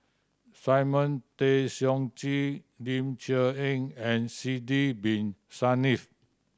Simon Tay Seong Chee Ling Cher Eng and Sidek Bin Saniff